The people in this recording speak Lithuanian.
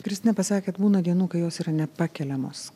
kristina pasakė kad būna dienų kai jos yra nepakeliamos